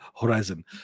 horizon